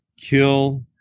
kill